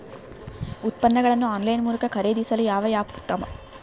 ಉತ್ಪನ್ನಗಳನ್ನು ಆನ್ಲೈನ್ ಮೂಲಕ ಖರೇದಿಸಲು ಯಾವ ಆ್ಯಪ್ ಉತ್ತಮ?